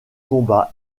combats